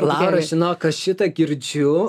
laura žinok aš šitą girdžiu